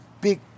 big